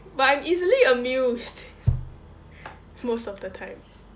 but I'm easily amused most of the time